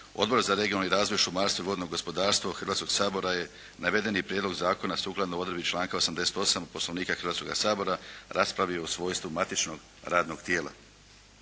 Odbor za regionalni razvoj, šumarstvo i vodno gospodarstvo Hrvatskoga sabora je navedeni prijedlog zakona sukladno odredbi članka 88. Poslovnika Hrvatskoga sabora raspravio u svojstvu matičnog radnog tijela.